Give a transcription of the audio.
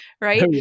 Right